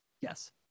yes